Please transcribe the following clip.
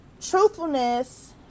truthfulness